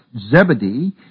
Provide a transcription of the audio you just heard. Zebedee